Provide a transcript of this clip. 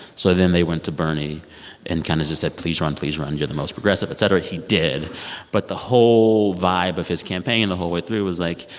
so then they went to bernie and kind of just said please run, please run. you're the most progressive, et cetera. he did but the whole vibe of his campaign the whole way through was, like,